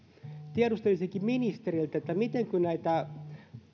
tiedustelisinkin ministeriltä että kun näitä